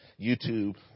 YouTube